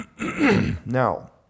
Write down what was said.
Now